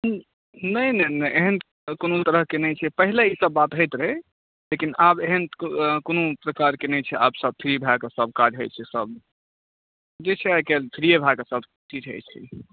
नहि नहि नहि एहन कोनो तरहके नहि छिए पहले ई सब बात रहैत रहै लेकिन आब एहन कोनो सरकारके नहि छै आब सब फ्री भऽ कऽ सब काज होइ छै सब जे छै आइ काल्कि फ्रिए भऽ कऽ सब चीज होइ छै